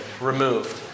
removed